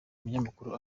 umunyamakuru